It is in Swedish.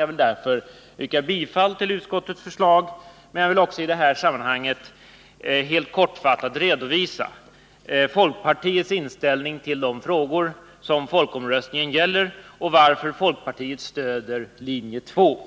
Jag yrkar bifall till utskottets hemställan men vill i detta sammanhang helt kortfattat redovisa folkpartiets inställning till de frågor som folkomröstningen gäller och skälen till att folkpartiet stöder linje 2.